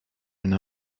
and